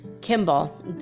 Kimball